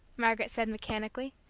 margaret said mechanically,